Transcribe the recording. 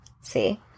See